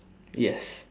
yes